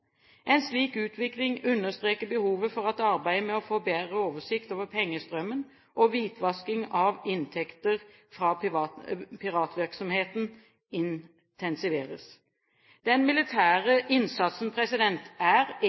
En slik utvikling understreker behovet for at arbeidet med å få bedre oversikt over pengestrømmen og hvitvasking av inntekter fra piratvirksomheten intensiveres. Den militære innsatsen er